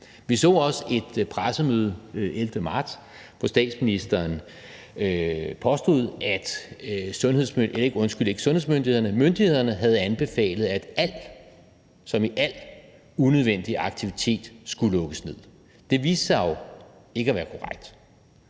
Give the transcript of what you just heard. Vi så også et pressemøde den 11. marts, hvor statsministeren påstod, at myndighederne havde anbefalet, at alt som i alt unødvendig aktivitet skulle lukkes ned. Det viste sig jo ikke at være korrekt.